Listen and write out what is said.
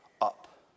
up